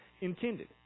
intended